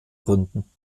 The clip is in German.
gründen